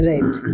Right